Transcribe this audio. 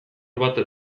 bat